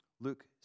Luke